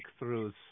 breakthroughs